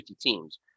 teams